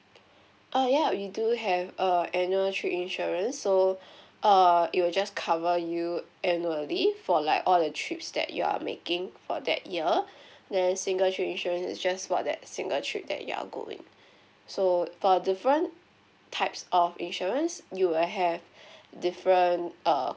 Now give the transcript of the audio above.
oh ya we do have a annual trip insurance so err it will just cover you annually for like all the trips that you are making for that year then single trip insurance is just for that single trip that you are going so for different types of insurance you will have different err